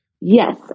Yes